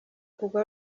kugwa